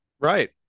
right